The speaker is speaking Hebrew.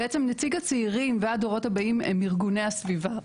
בעצם נציג הצעירים והדורות הבאים הם ארגוני הסביבה,